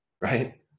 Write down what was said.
right